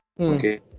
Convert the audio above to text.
okay